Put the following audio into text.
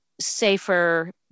safer